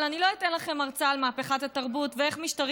אבל אני לא אתן לכם הרצאה על מהפכת התרבות ואיך משטרים